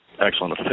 excellent